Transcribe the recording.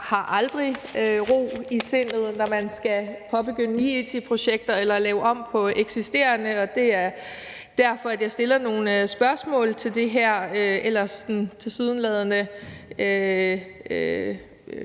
jeg har aldrig ro i sindet, når man skal påbegynde nye it-projekter eller lave om på de eksisterende, og det er derfor, at jeg stiller nogle spørgsmål til det her ellers tilsyneladende